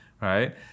right